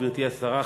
גברתי השרה,